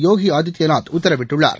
யோகி ஆதித்யநாத் உத்தரவிட்டுள்ளார்